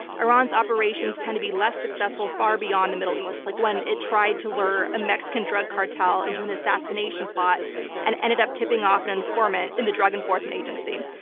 iran's operations tend to be less successful far beyond the middle east, like when it tried to lure a mexican drug cartel into an assassination plot and ended up tipping off an informant in the drug enforcement agency.